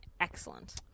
excellent